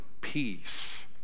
peace